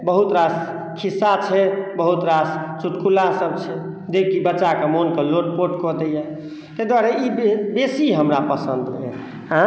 बहुत रास खिस्सा छै बहुत रास चुटकुलासब छै जेकि बच्चाके मोनके लोटपोट कऽ दैए ताहि दुआरे ई बेसी हमरा पसन्द अइ